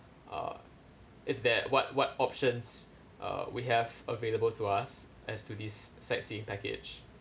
uh is there what what options uh we have available to us as to this sightseeing package